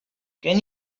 can